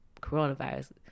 coronavirus